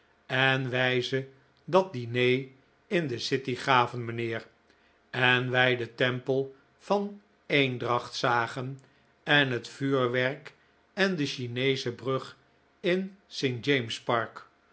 en wij ze dat diner in de city gaven mijnheer en wij den tempei van eendracht zagen en het vuurwerk en de chineesche brug in